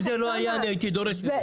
אם זה לא היה, אני הייתי דורס את זה.